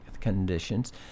conditions